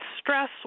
stress